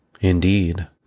Indeed